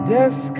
Death